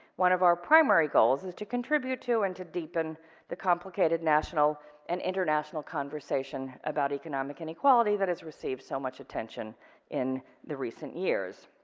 one of our primary goals is to contribute to and to deepen the complicated national and international conversation about economic and equality has received so much attention in the recent years.